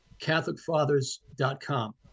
catholicfathers.com